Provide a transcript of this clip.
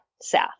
south